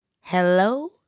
Hello